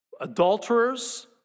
adulterers